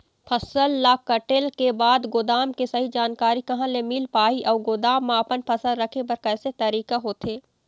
फसल ला कटेल के बाद गोदाम के सही जानकारी कहा ले मील पाही अउ गोदाम मा अपन फसल रखे बर कैसे तरीका होथे?